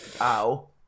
Ow